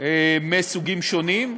מסוגים שונים.